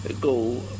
go